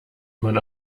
man